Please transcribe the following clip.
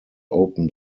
open